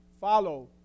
follow